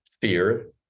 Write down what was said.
fear